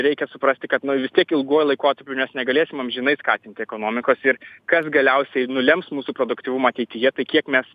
reikia suprasti kad nu vis tiek ilguoju laikotarpiu nes negalėsim amžinai skatinti ekonomikos ir kas galiausiai nulems mūsų produktyvumą ateityje tai kiek mes